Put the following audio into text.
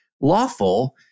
lawful